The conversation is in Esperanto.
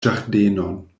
ĝardenon